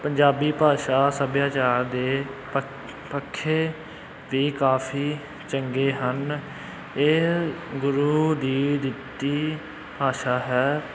ਪੰਜਾਬੀ ਭਾਸ਼ਾ ਸੱਭਿਆਚਾਰ ਦੇ ਪ ਪੱਖੇ ਵੀ ਕਾਫ਼ੀ ਚੰਗੇ ਹਨ ਇਹ ਗੁਰੂ ਦੀ ਦਿੱਤੀ ਭਾਸ਼ਾ ਹੈ